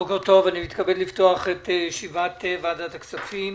בוקר טוב, אני מתכבד לפתוח את ישיבת ועדת הכספים.